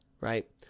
right